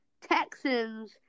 Texans